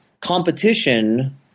competition –